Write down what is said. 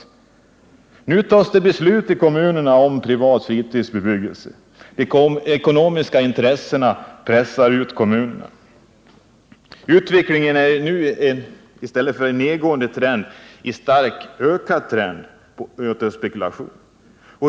Det fattas nu beslut i kommunerna om privat fritidsbebyggelse. De ekonomiska intressena pressar på kommunerna. Utvecklingen visar nu i stället för en nedåtgående trend en starkt uppåtgående trend.